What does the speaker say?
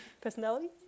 personality